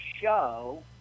show